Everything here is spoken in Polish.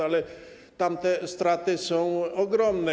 Ale tam straty są ogromne.